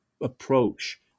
approach